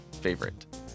favorite